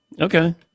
Okay